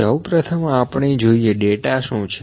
તો સૌપ્રથમ આપણે જોઈએ ડેટા શું છે